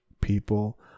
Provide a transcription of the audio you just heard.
people